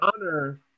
honor